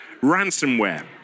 Ransomware